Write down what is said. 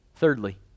Thirdly